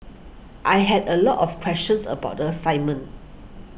I had a lot of questions about the assignment